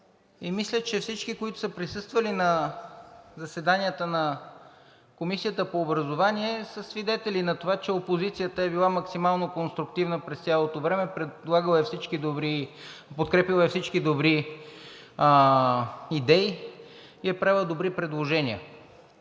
и мисля, че всички, които са присъствали на заседанията на Комисията по образованието, са свидетели на това, че опозицията е била максимално конструктивна през цялото време, подкрепяла е всички добри идеи и е правила добри предложения.